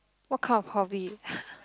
what kind of hobby